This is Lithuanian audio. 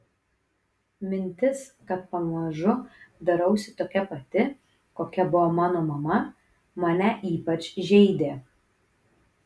mintis kad pamažu darausi tokia pati kokia buvo mano mama mane ypač žeidė